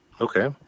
Okay